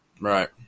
Right